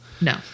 no